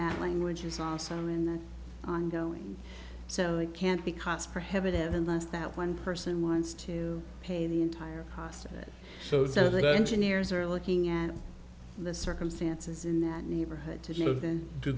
that language is also in the ongoing so it can't be cost prohibitive unless that one person wants to pay the entire cost of it so the engineers are looking at the circumstances in that neighborhood to do